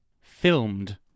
Filmed